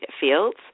fields